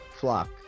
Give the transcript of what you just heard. flock